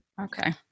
Okay